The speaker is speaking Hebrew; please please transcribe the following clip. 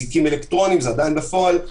אזיקים אלקטרוניים זה עדיין בפועל.